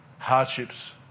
Hardships